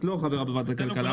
את לא חברה בוועדת הכלכלה.